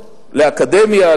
לאקדמיה,